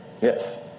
Yes